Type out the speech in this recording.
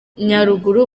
nyaruguru